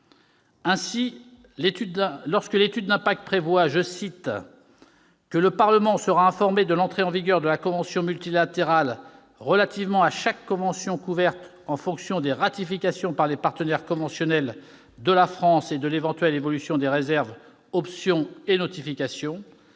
Ainsi, lorsque l'étude d'impact prévoit que « le Parlement sera informé de l'entrée en vigueur de la convention multilatérale relativement à chaque convention couverte en fonction des ratifications par les partenaires conventionnels de la France et de l'éventuelle évolution des réserves, options et notifications »